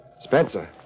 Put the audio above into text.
Spencer